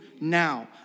now